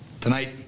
Tonight